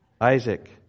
Isaac